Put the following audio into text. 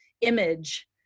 image